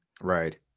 Right